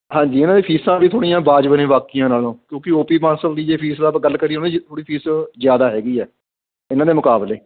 ਹਾਂਜੀ ਇਹਨਾਂ ਦੀ ਫੀਸਾਂ ਵੀ ਥੋੜ੍ਹੀਆਂ ਵਾਜਬ ਨੇ ਬਾਕੀਆਂ ਨਾਲੋਂ ਕਿਉਂਕਿ ਓ ਪੀ ਬਾਂਸਲ ਦੀ ਜੇ ਫੀਸ ਦੀ ਆਪਾਂ ਗੱਲ ਕਰੀਏ ਉਨ੍ਹਾਂ ਦੀ ਜੀ ਥੋੜ੍ਹੀ ਫੀਸ ਜ਼ਿਆਦਾ ਹੈਗੀ ਹੈ ਇਹਨਾਂ ਦੇ ਮੁਕਾਬਲੇ